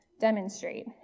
demonstrate